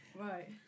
Right